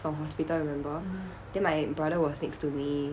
from hospital remember then my brother was next to me